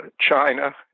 China